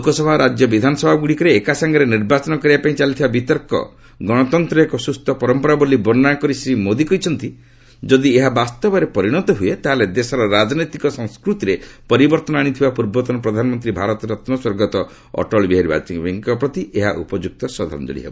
ଲୋକସଭା ଓ ରାଜ୍ୟ ବିଧାନସଭାଗୁଡ଼ିକରେ ଏକାସାଙ୍ଗରେ ନିର୍ବାଚନ କରିବା ପାଇଁ ଚାଲିଥିବା ବିତର୍କ ଗଣତନ୍ତରେ ଏକ ସୁସ୍ଥ ପରାମ୍ପରା ବୋଲି ବର୍ଷ୍ଣନାକରି ଶ୍ରୀ ମୋଦି କହିଛନ୍ତି ଯଦି ଏହା ବାସ୍ତବରେ ପରିଣତ ହୁଏ ତାହେଲେ ଦେଶର ରାଜନୈତିକ ସଂସ୍କୃତିରେ ପରିବର୍ଭନ ଆଶିଥିବା ପୂର୍ବତନ ପ୍ରଧାନମନ୍ତ୍ରୀ ଭାରତରତ୍ନ ସ୍ୱର୍ଗତଃ ଅଟଳବିହାରୀ ବାଜପେୟୀଙ୍କ ପ୍ରତି ଏହା ଉପଯୁକ୍ତ ଶ୍ରଦ୍ଧାଞ୍ଜଳୀ ହେବ